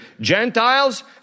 Gentiles